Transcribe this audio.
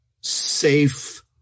safe